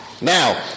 Now